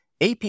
AP